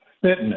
fitness